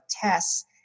tests